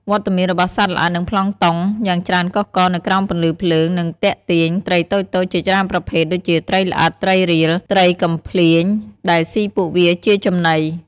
វត្តមានរបស់សត្វល្អិត និងប្លង់តុងយ៉ាងច្រើនកុះករនៅក្រោមពន្លឺភ្លើង នឹងទាក់ទាញ ត្រីតូចៗ ជាច្រើនប្រភេទ ដូចជាត្រីល្អិត ត្រីរៀល ត្រីកំភ្លាញ ដែលស៊ីពួកវាជាចំណី។